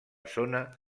zona